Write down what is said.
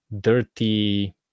dirty